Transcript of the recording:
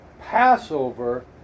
Passover